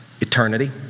eternity